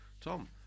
Tom